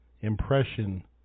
impression